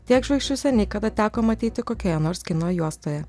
tiek žvaigždžių seniai kada teko matyti kokioje nors kino juostoje